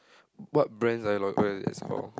what brands are you for